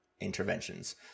interventions